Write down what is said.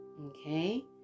Okay